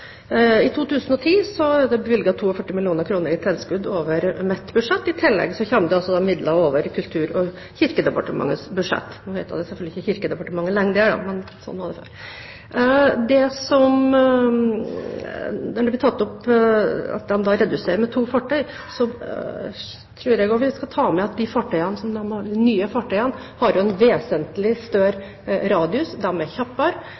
i tilskudd over mitt budsjett. I tillegg kommer det også midler over Kultur- og kirkedepartementets budsjett – nå heter det selvfølgelig ikke lenger Kultur- og kirkedepartementet, men slik var det før. Når det blir tatt opp at de reduserer med to fartøyer, tror jeg vi også skal ta med at de nye fartøyene har en vesentlig større radius – de